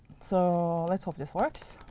so let's hope this works.